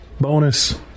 bonus